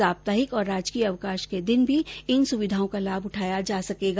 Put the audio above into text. साप्ताहिक और राजकीय अवकाश के दिन भी इन सुविधाओं का लाभ उठाया जा सकेगा